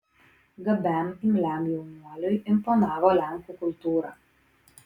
gabiam imliam jaunuoliui imponavo lenkų kultūra